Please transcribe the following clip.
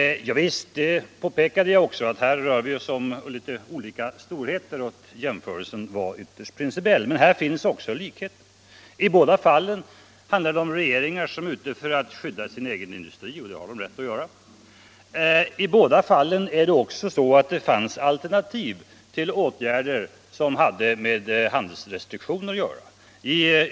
Javisst, jag påpekade också att det här rörde sig om litet olika storheter och att jämförelsen var ytterst principiell. Men här finns också likheter. I båda fallen handlar det om regeringar som är ute för att skydda sin egen industri, och det har de både rätt och skyldighet att göra. I båda fallen fanns det alternativ till handelsrestriktioner.